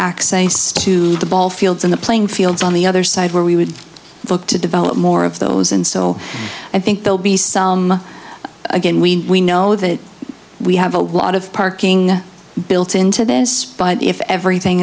of the ball fields in the playing fields on the other side where we would look to develop more of those and so i think they'll be some again we we know that we have a lot of parking built into this but if everything